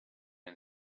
and